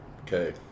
Okay